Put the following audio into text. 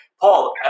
Paul